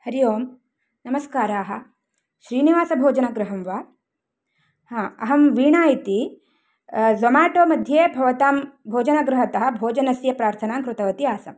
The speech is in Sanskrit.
हरि ओम् नमस्काराः श्रीनिवासभोजनगृहं वा हा अहं वीणा इति ज़ोमेटो मध्ये भवतां भोजनगृहतः भोजनस्य प्रार्थनां कृतवती आसम्